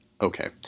Okay